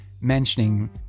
mentioning